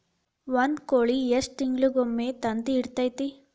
ಒಂದ್ ಕೋಳಿ ಎಷ್ಟ ತಿಂಗಳಿಗೊಮ್ಮೆ ತತ್ತಿ ಇಡತೈತಿ?